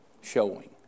showing